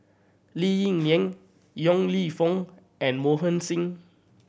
Lee Ling Yen Yong Lew Foong and Mohan Singh